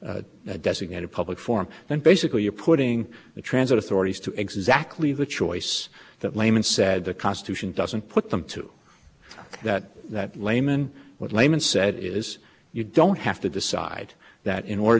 designated public forum and basically you're putting the transit authorities to exactly the choice that laymen said the constitution doesn't put them to that laymen what laymen said is you don't have to decide that in order